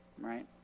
Right